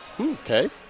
Okay